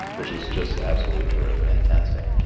which is just absolutely terrific. fantastic,